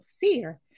fear